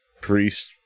priest